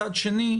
מצד שני,